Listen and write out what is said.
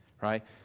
Right